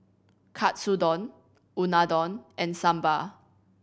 Katsudon Unadon and Sambar